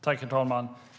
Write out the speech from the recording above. Herr talman!